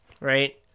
Right